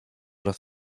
raz